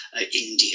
India